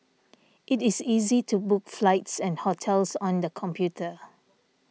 it is easy to book flights and hotels on the computer